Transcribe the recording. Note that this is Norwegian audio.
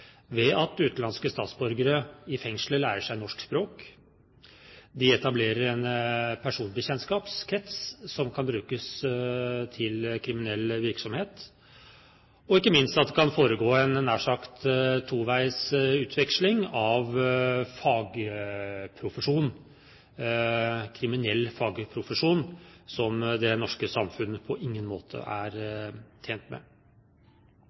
ved at utenlandske statsborgere i fengslene lærer seg norsk språk, etablerer en bekjentskapskrets som kan brukes til kriminell virksomhet, og ikke minst at det kan foregå en nær sagt toveis utveksling av fagprofesjon – kriminell fagprofesjon – som det norske samfunnet på ingen måte er tjent med.